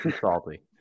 salty